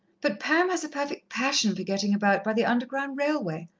but pam has a perfect passion for getting about by the underground railway.